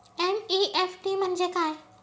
NEFT म्हणजे काय?